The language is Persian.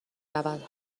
رود